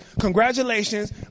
Congratulations